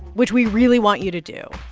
which we really want you to do,